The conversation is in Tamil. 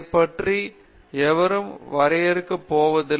பேராசிரியர் உஷா மோகன் அதைப் பற்றி எவரும் வரையறுக்கப்போவதில்லை